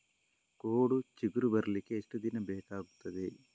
ಕೋಡು ಚಿಗುರು ಬರ್ಲಿಕ್ಕೆ ಎಷ್ಟು ದಿನ ಬೇಕಗ್ತಾದೆ?